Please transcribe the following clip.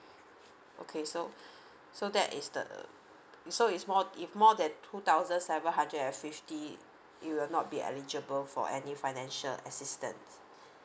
okay so so that is the so it's more if more than two thousand seven hundred and fifty you will not be eligible for any financial assistance